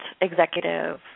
executive